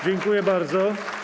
Dziękuję bardzo.